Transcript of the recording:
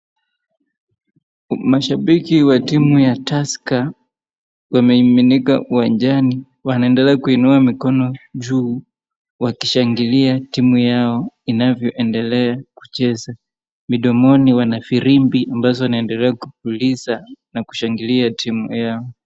Mashabiki wa timu ya Tusker wamemiminika uwanjani wanaendelea kuinua mikono juu wakishangilia timu yao inavyoendelea kucheza. Midomoni wana firimbi ambazo wanaendelea kupuliza na kushangilia timu yao.